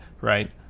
right